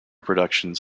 productions